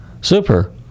Super